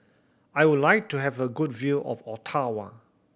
I would like to have a good view of Ottawa